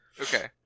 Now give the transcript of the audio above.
Okay